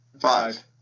Five